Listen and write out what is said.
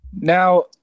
now